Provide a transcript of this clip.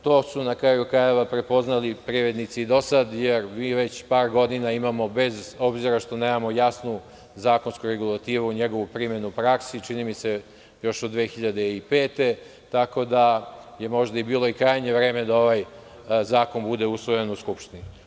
To su na kraju krajeva prepoznali i privredni dosad, jer mi već par godina imamo, bez obzira što nemamo jasnu zakonsku regulativu na njegovu primenu u praksu, čini mi se još od 2005. godine, tako da je možda i bilo krajnje vreme da ovaj zakon bude usvojen u Skupštini.